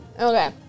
Okay